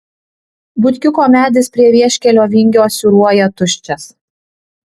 butkiuko medis prie vieškelio vingio siūruoja tuščias